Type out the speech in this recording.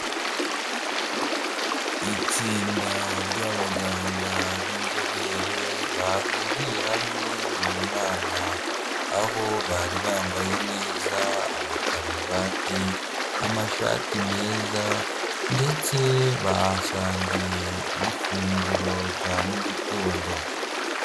Itsinda ry'abaganga b'inzobere bahuriye hamwe mu nama, aho bari bambaye neza amakaruvati, amashati meza ndetse basangiye n'ifunguro rya mu gitondo.